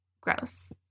Gross